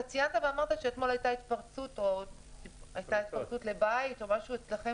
ציינת ואמרת שאתמול הייתה פריצה לבית אצלכם